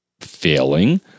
failing